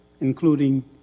including